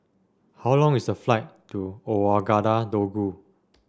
how long is a flight to Ouagadougou